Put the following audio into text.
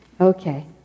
Okay